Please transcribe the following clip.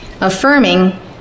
affirming